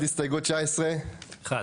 הסתייגות 19. הצבעה בעד,